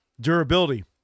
Durability